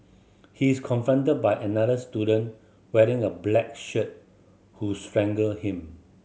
he is confronted by another student wearing a black shirt who strangle him